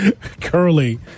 Curly